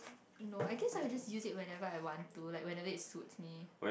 no I guess I'll just use it whenever I want to like whenever it suits me